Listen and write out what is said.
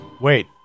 Wait